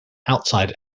outside